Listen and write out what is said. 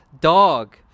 dog